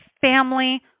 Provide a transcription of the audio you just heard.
family